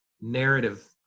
narrative